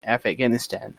afghanistan